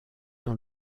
dans